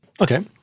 Okay